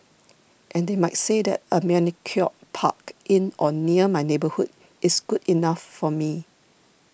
and they might say that a manicured park in or near my neighbourhood is good enough for me